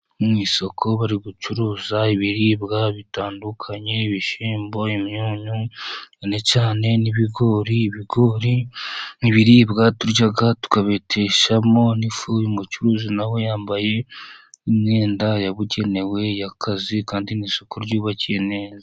Mu isoko bari gucuruza ibiribwa bitandukanye, ibishyimbo, imyunyu, cyane cyane n'ibigori, ibigori n' biribwa turya tukabeteshamo n'ifu, umucuruzi nawe yambaye imyenda, yabugenewe y'akazi kandi n'isoko ryubakiye neza.